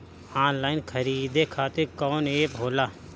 Online खरीदे खातीर कौन एप होला?